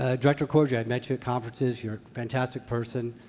ah director cordray, i've met you at conferences. you're a fantastic person.